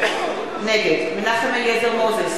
נגד מנחם אליעזר מוזס,